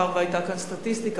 ומאחר שהיתה כאן סטטיסטיקה,